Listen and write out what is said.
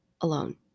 alone